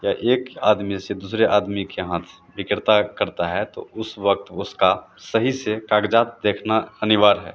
या एक आदमी से दूसरे आदमी के हाथ विक्रता करता है तो उस वक़्त उसका सही से काग़ज़ात देखना अनिवार्य है